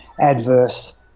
adverse